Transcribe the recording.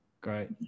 Great